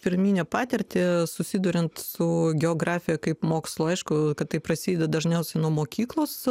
pirminę patirtį susiduriant su geografija kaip mokslu aišku kad tai prasideda dažniausiai nuo mokyklos